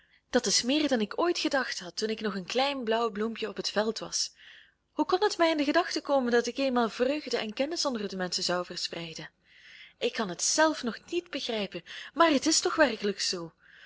dat is meer dan ik ooit gedacht had toen ik nog een klein blauw bloempje op het veld was hoe kon het mij in de gedachten komen dat ik eenmaal vreugde en kennis onder de menschen zou verspreiden ik kan het zelf nog niet begrijpen maar het is toch werkelijk zoo